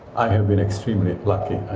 i have been extremely lucky,